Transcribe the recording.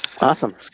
Awesome